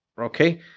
okay